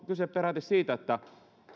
kyse peräti siitä että